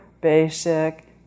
basic